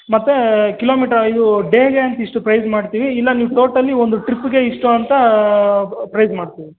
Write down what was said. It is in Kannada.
ಮತ್ತೆ ಕಿಲೋಮೀಟ್ರ ಇವೂ ಡೇಗೆ ಅಂತ ಇಷ್ಟು ಪ್ರೈಝ್ ಮಾಡ್ತೀವಿ ಇಲ್ಲ ನೀವು ಟೋಟಲಿ ಒಂದು ಟ್ರಿಪ್ಪಿಗೆ ಇಷ್ಟು ಅಂತಾ ಪ್ರೈಝ್ ಮಾಡ್ತೀವಿ